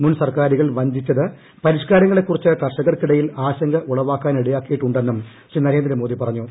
മുൻ സർക്കാരുകൾ വഞ്ചിച്ചത് പരിഷ്കാരങ്ങളെക്കുറിച്ച് കർഷ്കർക്കിടയിൽ ആശങ്ക ഉളവാക്കാനിടയാക്കിയിട്ടുണ്ടെന്നും ് ശ്രീ നരേന്ദ്രമോദി പറഞ്ഞു